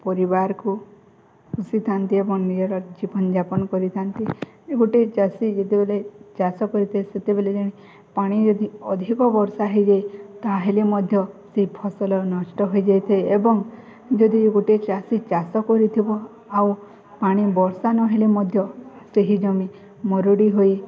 ପରିବାରକୁ ପୋଷିଥାନ୍ତି ଏବଂ ନିଜର ଜୀବନଯାପନ କରିଥାନ୍ତି ଗୋଟେ ଚାଷୀ ଯେତେବେଲେ ଚାଷ କରିଥାଏ ସେତେବେଳେ ଯଦି ପାଣି ଅଧିକ ବର୍ଷା ହେଇଯାଏ ତାହେଲେ ମଧ୍ୟ ସେଇ ଫସଲ ନଷ୍ଟ ହୋଇଯାଇଥାଏ ଏବଂ ଯଦି ଗୋଟେ ଚାଷୀ ଚାଷ କରିଥିବ ଆଉ ପାଣି ବର୍ଷା ନହେଲେ ମଧ୍ୟ ସେହି ଜମି ମରୁଡ଼ି ହୋଇ